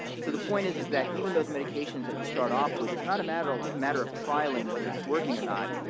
so the point is is that even those medications that you start off with, it's not a matter of matter of trialing whether it's working or not.